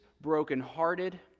brokenhearted